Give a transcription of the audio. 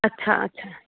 अच्छा अच्छा